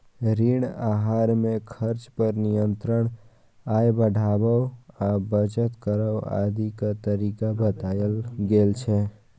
ऋण आहार मे खर्च पर नियंत्रण, आय बढ़ाबै आ बचत करै आदिक तरीका बतायल गेल छै